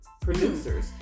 producers